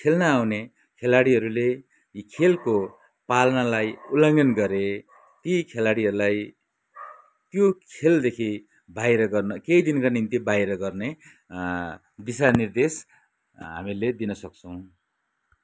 खेल्न आउने खेलाडीहरूले खेलको पालनालाई उल्लङ्घन गरे ती खेलाडीहरूलाई त्यो खेलदेखि बाहिर गर्न केही दिनका निम्ति बाहिर गर्ने दिशा निर्देश हामीले दिन सक्छौँ